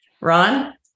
Ron